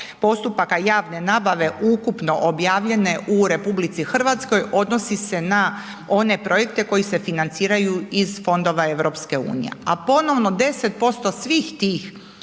postupaka javne nabave ukupno objavljene u RH odnosi se na one projekte koji se financiraju iz fondova EU, a ponovno 10% svih tih